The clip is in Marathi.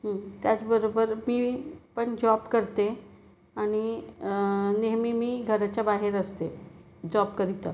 त्याचबरोबर मीपण जॉब करते आणि नेहमी मी घराच्या बाहेर असते जॉबकरिता